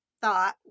thought